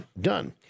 done